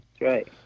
right